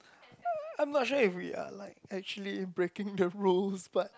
um I'm not sure if we are like actually breaking the rules but